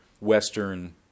western